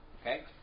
Okay